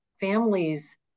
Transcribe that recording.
families